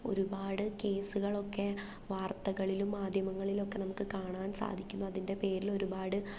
ഒരുപാട് കേസുകളൊക്കെ വാർത്തകളിലും മാധ്യമങ്ങളിലുമൊക്കെ നമുക്ക് കാണാൻ സാധിക്കും അതിൻ്റെ പേരിൽ ഒരുപാട്